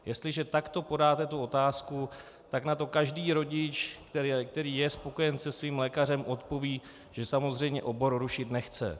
Jestliže takto podáte otázku, tak na to každý rodič, který je spokojen se svým lékařem, odpoví, že samozřejmě obor rušit nechce.